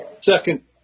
Second